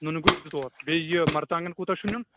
نوٗنہِ گُتۍ زٕ ژور بیٚیہِ یہِ مرژٕوانٛگن کوٗتاہ چھُ نِیُن